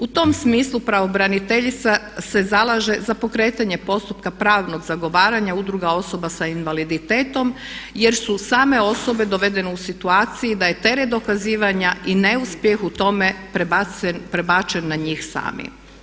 U tom smislu pravobraniteljica se zalaže za pokretanje postupka pravnog zagovaranja udruga osoba sa invaliditetom jer su same osobe dovedene u situaciju da je teret dokazivanja i neuspjeh u tome prebačen na njih same.